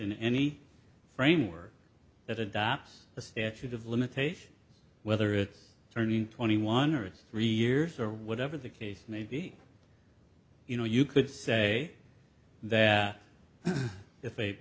in any framework that adopts a statute of limitations whether it's turning twenty one or three years or whatever the case maybe you know you could say that if a